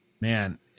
man